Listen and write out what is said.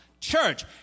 church